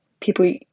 people